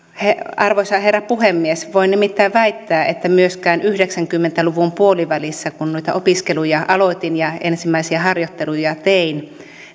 arvoisa herra puhemies voin nimittäin väittää että myöskään yhdeksänkymmentä luvun puolivälissä kun noita opiskeluja aloitin ja ensimmäisiä harjoitteluja tein